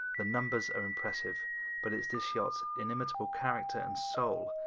the numbers are impressive but it's this yacht's inimitable character and soul,